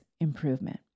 improvement